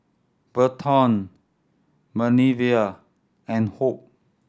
Berton Manervia and Hope